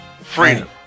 Freedom